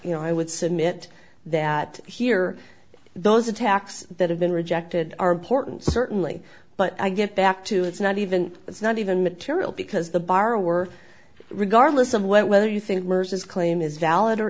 you know i would submit that here those attacks that have been rejected are important certainly but i get back to it's not even it's not even material because the borrower regardless of whether you think worse is claim is valid or